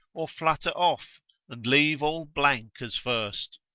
or flutter off and leave all blank as first.